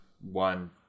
one